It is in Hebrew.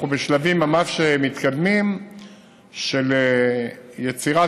אנחנו בשלבים ממש מתקדמים של יצירת